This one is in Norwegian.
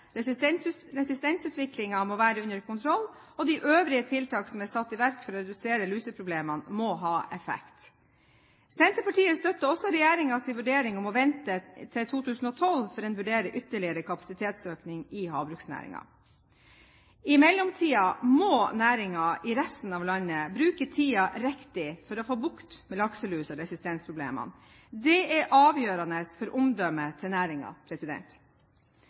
må være under kontroll, og de øvrige tiltak som er satt i verk for å redusere luseproblemene, må ha effekt. Senterpartiet støtter også regjeringens vurdering om å vente til 2012 før en vurderer ytterligere kapasitetsøkning i havbruksnæringen. I mellomtiden må næringen i resten av landet bruke tiden riktig for å få bukt med lakselus- og resistensproblemene. Det er avgjørende for omdømmet til